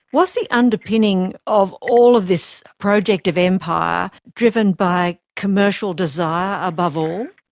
was the underpinning of all of this project of empire driven by commercial desire above all?